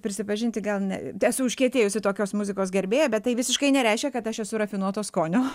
prisipažinti gal ne esu užkietėjusi tokios muzikos gerbėja bet tai visiškai nereiškia kad aš esu rafinuoto skonio